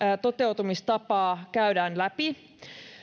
toteutumistapaa käydään läpi